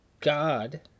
God